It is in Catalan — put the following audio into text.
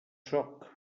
sóc